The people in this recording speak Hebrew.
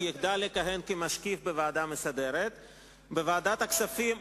אני מזמין את יושב-ראש הוועדה המסדרת להשמיע הכרזה.